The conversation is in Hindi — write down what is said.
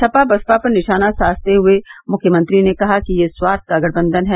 सपा बसपा पर निशाना साधते हुए मुख्यमंत्री ने कहा कि यह स्वार्थ का गठबंधन है